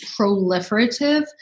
proliferative